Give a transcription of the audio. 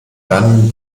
dann